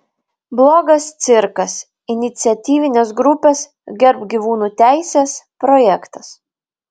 blogas cirkas iniciatyvinės grupės gerbk gyvūnų teises projektas